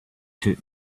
took